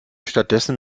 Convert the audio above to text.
stattdessen